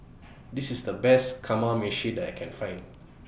This IS The Best Kamameshi that I Can Find